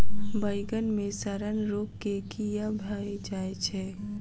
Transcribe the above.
बइगन मे सड़न रोग केँ कीए भऽ जाय छै?